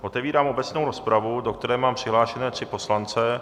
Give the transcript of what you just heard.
Otevírám obecnou rozpravu, do které mám přihlášené tři poslance.